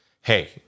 Hey